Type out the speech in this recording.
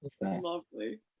Lovely